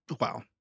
Wow